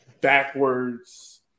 backwards